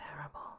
terrible